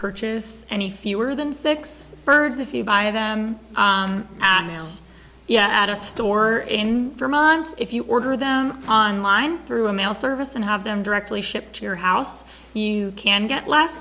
purchase any fewer than six birds if you buy them and yet at a store in vermont if you order them on line through a mail service and have them directly shipped to your house you can get